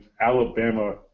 Alabama